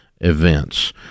events